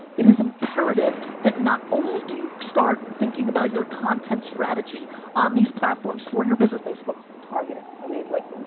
it is imperative that not only do you start thinking about your content strategy on these platforms for your business. facebook targeting. i mean like,